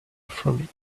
from